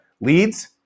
Leads